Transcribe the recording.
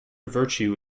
virtue